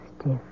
stiff